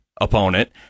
opponent